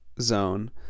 zone